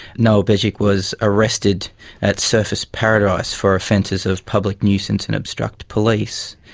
noa begic was arrested at surfers paradise for offences of public nuisance and obstruct police.